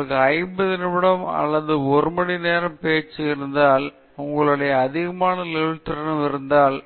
உங்களுக்கு 50 நிமிடம் அல்லது ஒரு மணி நேர பேச்சு இருந்தால் உங்களுக்கு அதிகமான நெகிழ்வுத்திறன் இருந்தால்